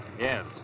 Yes